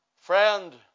Friend